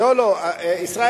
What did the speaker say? איזה שר,